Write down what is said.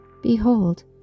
Behold